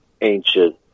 ancient